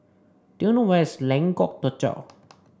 do you know where is Lengkok Tujoh